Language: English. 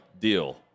deal